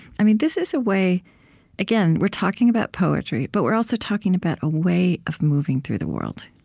this is a way again, we're talking about poetry, but we're also talking about a way of moving through the world